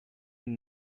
and